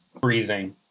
Breathing